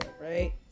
right